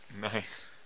nice